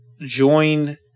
join